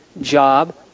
job